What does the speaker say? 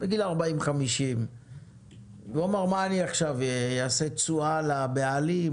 בגיל 50-40. הוא אמר עכשיו אני אעשה תשואה לבעלים,